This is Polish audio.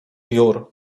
jur